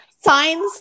signs